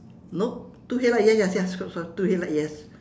nope two headlights ya yes yes sorry sorry two headlights yes